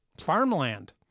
farmland